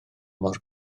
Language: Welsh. mor